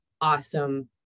awesome